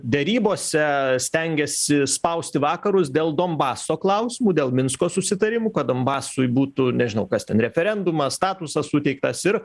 derybose stengiasi spausti vakarus dėl donbaso klausimų dėl minsko susitarimų kad donbasui būtų nežinau kas ten referendumas statusas suteiktas ir